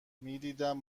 میدیدم